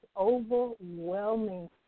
overwhelming